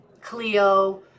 Cleo